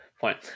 point